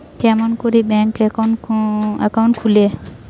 কেমন করি bank account খুলে?